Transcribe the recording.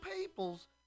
people's